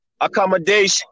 accommodation